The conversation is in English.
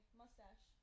mustache